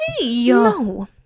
No